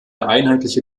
einheitliche